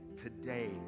today